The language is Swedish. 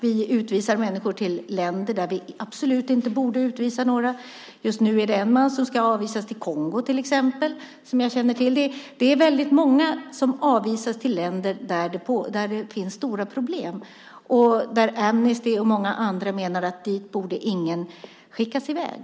Vi utvisar människor till länder som vi absolut inte borde utvisa några till. Just nu är det till exempel en man som ska avvisas till Kongo som jag känner till. Det är väldigt många som avvisas till länder där det finns stora problem och dit Amnesty och många andra menar att ingen borde skickas i väg.